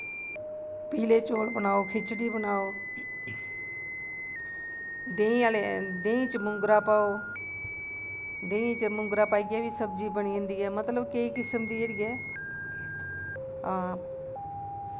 पीले चौल बनाओ खिचड़ी बनाओ देंही च मोगरा पाओ देंही च मोगरा पाइयै बी सब्जी बनी जंदी ऐ मतलव केंई किस्म दा जेह्ड़ी ऐ आ